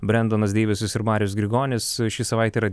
brendonas deivisas ir marius grigonis ši savaitė yra